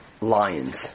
lions